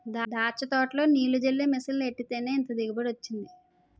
దాచ్చ తోటలో నీల్లు జల్లే మిసన్లు ఎట్టేత్తేనే ఇంత దిగుబడి వొచ్చింది